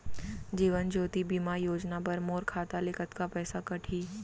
जीवन ज्योति बीमा योजना बर मोर खाता ले कतका पइसा कटही?